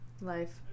Life